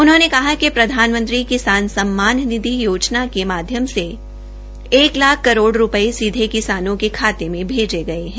उन्होंने कहा कि प्रधानमंत्री किसान सम्मान निधि योजना के माध्यम से एक लाख करोड़ रू ये सीधे किसानों के खाते में भेजे गये है